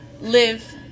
live